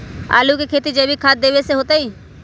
आलु के खेती जैविक खाध देवे से होतई?